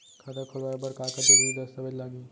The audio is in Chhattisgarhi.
खाता खोलवाय बर का का जरूरी दस्तावेज लागही?